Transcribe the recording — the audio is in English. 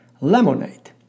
Lemonade